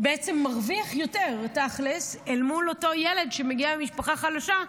בתכלס בעצם מרוויח יותר מאותו ילד שמגיע ממשפחה חלשה,